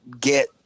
get